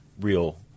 real